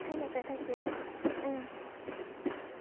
ঠিক আছে thank U